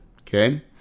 okay